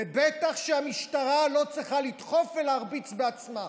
ובטח שהמשטרה לא צריכה לדחוף ולהרביץ בעצמה.